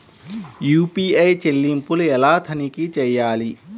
UPI చెల్లింపులు ఎలా తనిఖీ చేయాలి?